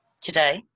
today